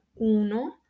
uno